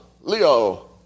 Leo